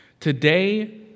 Today